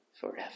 forever